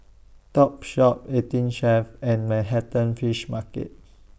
Topshop eighteen Chef and Manhattan Fish Market